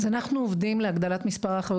אז אנחנו עובדים להגדלת מספר האחיות